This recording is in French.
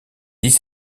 dix